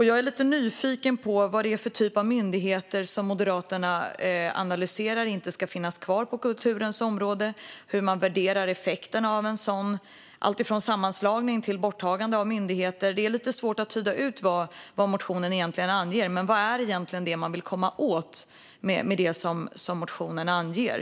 Jag är lite nyfiken på vad det är för typ av myndigheter som enligt Moderaternas analys inte ska finnas kvar på kulturens område och hur man värderar effekterna av allt från sammanslagning till borttagande av myndigheter. Det är lite svårt att uttyda av vad motionen anger. Vad är det egentligen man vill komma åt med det som motionen anger?